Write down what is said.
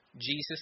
Jesus